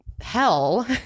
hell